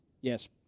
Yes